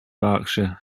berkshire